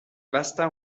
basta